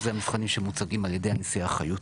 זה המבחנים שמוצגים על ידי הנשיאה חיות.